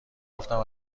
گفتم